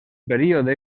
període